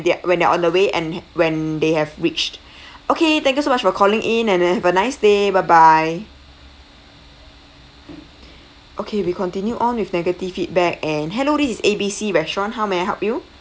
they're when they're on the way and ha~ when they have reached okay thank you so much for calling in and have a nice day bye bye okay we continue on with negative feedback and hello this is A B C restaurant how may I help you